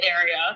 area